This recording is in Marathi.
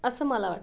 असं मला वाटतं